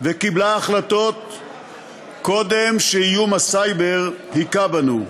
וקיבלה החלטות קודם שאיום הסייבר הכה בנו.